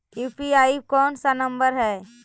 UPI कोन सा number हैं?